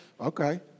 Okay